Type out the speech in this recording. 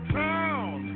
town